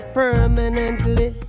permanently